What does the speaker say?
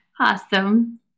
awesome